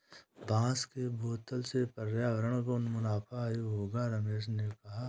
बांस के बोतल से पर्यावरण को मुनाफा ही होगा रमेश ने कहा